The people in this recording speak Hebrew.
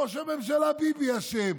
ראש הממשלה ביבי אשם.